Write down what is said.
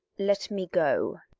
let me go.